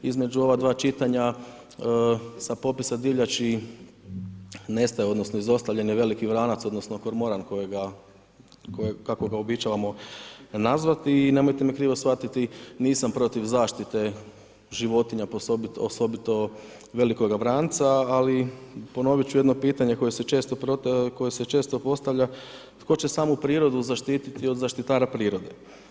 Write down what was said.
Između ova dva čitanja sa popisa divljači nestaje odnosno izostavljen je veliki vranac odnosno kormoran kako ga uobičavamo nazvati i nemojte me krivo shvatiti, nisam protiv zaštite životinja, osobito velikoga vranca, ali ponoviti ću jedno pitanje koje se često postavlja tko će samu prirodu zaštiti od zaštitara prirode?